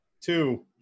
two